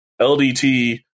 LDT